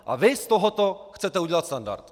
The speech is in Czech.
A vy z tohoto chcete udělat standard!